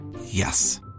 Yes